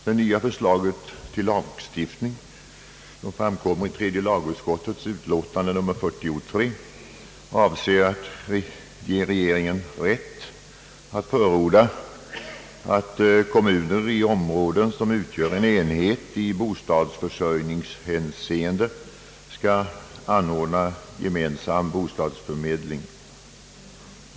Det nya förslaget till lagstiftning som föreligger i tredje lagutskottets utlåtande nr 43 avser att ge regeringen rätt att förordna att kommuner i områden som utgör en enhet i bostadsförsörjningshänseende skall anordna gemensam bostadsförmedling.